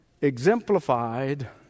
exemplified